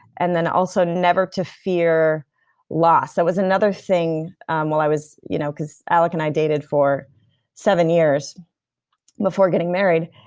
and then also never to fear loss. that was another thing while i was. you know cause alec and i dated for seven years before getting married,